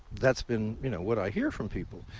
that's been you know what i hear from people.